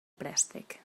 préstec